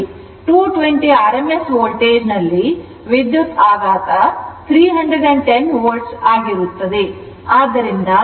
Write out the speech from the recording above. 220 rms ವೋಲ್ಟೇಜ್ನಲ್ಲಿ ವಿದ್ಯುತ್ ಆಘಾತ ಮಟ್ಟವು 310 ವೋಲ್ಟ್ ಆಗಿರುತ್ತದೆ